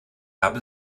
habe